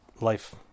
life